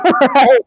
Right